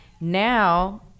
Now